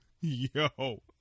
yo